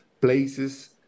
places